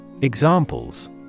Examples